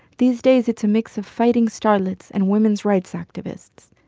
these days, it's a mix of fighting starlets and women's rights activists.